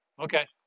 okay